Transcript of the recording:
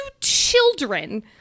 children